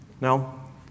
Now